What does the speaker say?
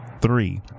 three